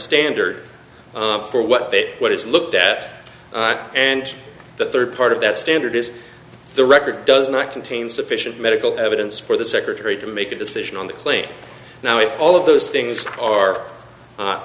standard for what they what is looked at and the third part of that standard is the record does not contain sufficient medical evidence for the secretary to make a decision on the claim now if all of those things are